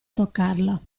toccarla